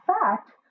fact